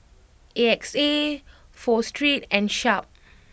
A X A Pho Street and Sharp